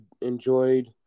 enjoyed